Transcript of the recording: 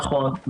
נכון,